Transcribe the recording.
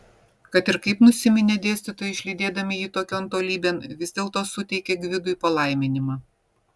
kad ir kaip nusiminė dėstytojai išlydėdami jį tokion tolybėn vis dėlto suteikė gvidui palaiminimą